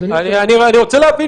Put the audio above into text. אדוני היושב-ראש --- אני רוצה להבין,